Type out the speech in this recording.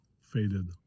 faded